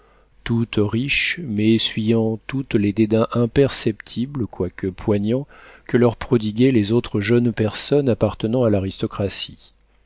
toutes riches mais essuyant toutes les dédains imperceptibles quoique poignants que leur prodiguaient les autres jeunes personnes appartenant à l'aristocratie